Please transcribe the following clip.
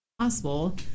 possible